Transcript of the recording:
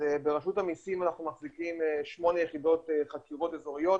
ברשות המסים אנחנו מחזיקים שמונה יחידות חקירות אזוריות,